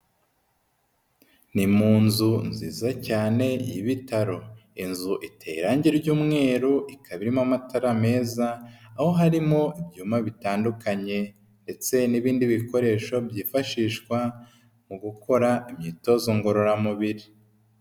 Ni mu nzu nziza cyane y'ibitaro, inzu iteye irange ry'umweru, ikaba irimo amatara meza, aho harimo ibyuma bitandukanye ndetse n'ibindi bikoresho byifashishwa mu gukora imyitozo ngororamubiri.